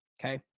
okay